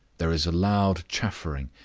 there is loud chaffering,